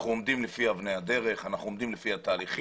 אנחנו עומדים לפי אבני הדרך ואנחנו עומדים לפי התהליכים.